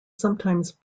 sometimes